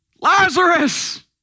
Lazarus